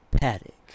Paddock